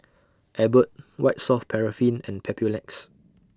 Abbott White Soft Paraffin and Papulex